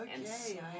Okay